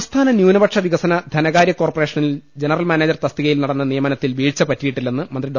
സംസ്ഥാന ന്യൂനപക്ഷ വികസന ധനകാര്യ കോർപ്പറേഷനിൽ ജനറൽ മാനേജർ തസ്തികയിൽ നടന്ന നിയമനത്തിൽ വീഴ്ചപ റ്റിയിട്ടില്ലെന്ന് മന്ത്രി ഡോ